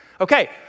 Okay